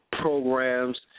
programs